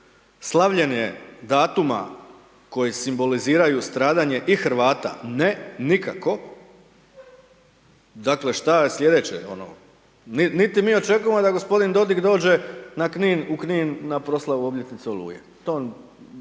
slavljenje datuma koji simboliziraju stradanje i Hrvata, ne, nikako, dakle, što je sljedeće? Niti mi očekujemo da g. Dodik dođe u Knin na proslavu obljetnice Oluje, to bez